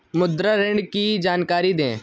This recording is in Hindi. मुद्रा ऋण की जानकारी दें?